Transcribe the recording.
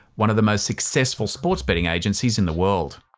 one of the most successful sports betting agencies in the world.